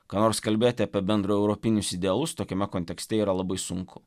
ką nors kalbėti apie bendraeuropinius idealus tokiame kontekste yra labai sunku